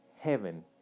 heaven